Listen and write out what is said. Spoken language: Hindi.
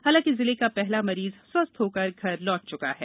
हालांकि जिले का पहला मरीज स्वस्थ होकर घर लौट चुका है